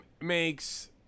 makes